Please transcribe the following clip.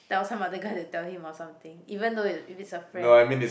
tell some other guy to tell him or something even though if it's a friend